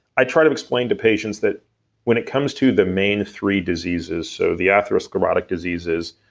i try to explain to patients that when it comes to the main three diseases, so the atherosclerotic diseases,